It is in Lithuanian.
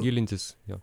gilintis jo